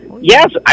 yes